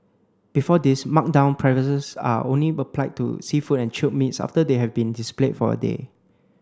before this marked down prices are only applied to seafood and chilled meats after they have been displayed for a day